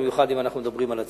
במיוחד בצפון.